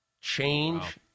Change